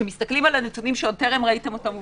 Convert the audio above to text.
כשמסתכלים על הנתונים שטרם ראיתם אותם,